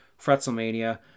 Fretzelmania